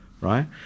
right